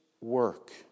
work